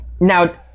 now